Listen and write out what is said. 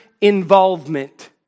involvement